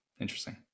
Interesting